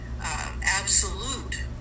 absolute